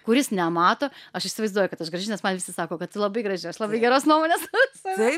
kuris nemato aš įsivaizduoju kad aš graži nes man visi sako kad tu labai graži aš labai geros nuomonės apie save